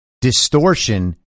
distortion